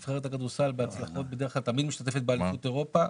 נבחרת הכדורסל בהצלחות בדרך כלל תמיד משתתפת באליפות אירופה.